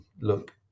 look